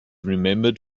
remembered